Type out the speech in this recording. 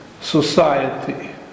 society